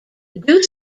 due